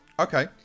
Okay